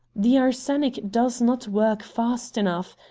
the arsenic does not work fast enough.